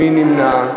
מי נמנע?